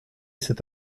cet